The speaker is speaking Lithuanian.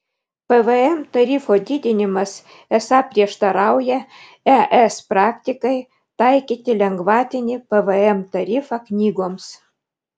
pvm tarifo didinimas esą prieštarauja es praktikai taikyti lengvatinį pvm tarifą knygoms